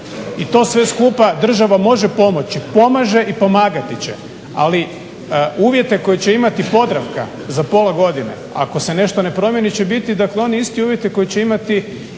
i to sve skupa država može pomoći, pomaže i pomagati će ali uvjete koje će imati Podravka za pola godine ako se nešto ne promijeni će biti, dakle oni isti uvjeti koji će imati